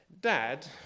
Dad